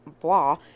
blah